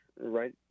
right